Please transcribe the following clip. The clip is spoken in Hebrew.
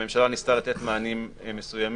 הממשלה ניסתה לתת מענים מסוימים